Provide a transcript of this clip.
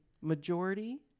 majority